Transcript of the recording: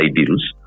ideals